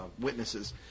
witnesses